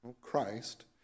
Christ